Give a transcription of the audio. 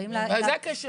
זה הקשר.